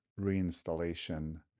reinstallation